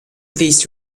these